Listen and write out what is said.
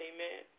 Amen